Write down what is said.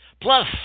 Plus